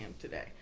today